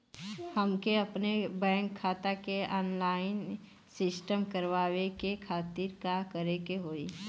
हमके अपने बैंक खाता के ऑनलाइन सिस्टम करवावे के खातिर का करे के होई?